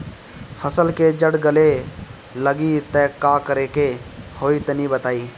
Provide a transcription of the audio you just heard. फसल के जड़ गले लागि त का करेके होई तनि बताई?